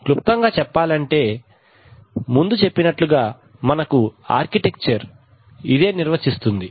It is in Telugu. క్లుప్తముగా చెప్పాలంటే ముందు చెప్పినట్లుగా మనకు ఆర్కిటెక్చర్ ఇదే నిర్వచిస్తుంది